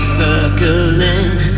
circling